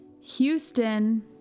Houston